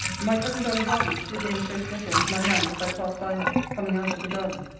my cousin dolly hervey slid the enclosed letter into my hand, as i passed by her, coming out of the garden.